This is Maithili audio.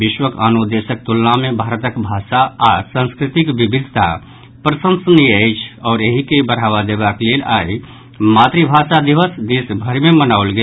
विश्वक आनो देशक तुलना मे भारतक भाषा आओर सांस्कृतिक विविधता प्रसंसनीय अछि आओर एहि के बढ़ावा देबाक लेल आइ मातृभाषा दिवस देश भरि मे मनाओल गेल